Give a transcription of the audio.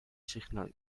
signal